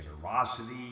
generosity